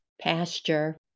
pasture